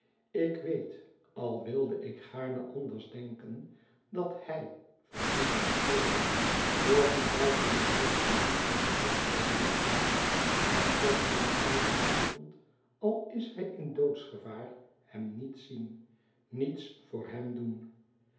ik weet al wilde ik gaarne anders denken dat hij van wien wij spreken morgen buiten bereik van menschelijke hulp zal wezen en toch kunt gij van avond al is hij in doodsgevaar hem niet zien niets voor hem doen